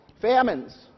Famines